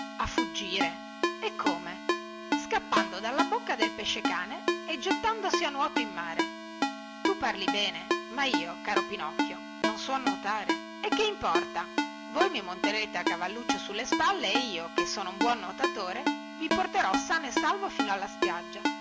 a fuggire e come scappando dalla bocca del pesce-cane e gettandosi a nuoto in mare tu parli bene ma io caro pinocchio non so nuotare e che importa voi mi monterete a cavalluccio sulle spalle e io che sono un buon nuotatore i porterò sano e salvo fino alla spiaggia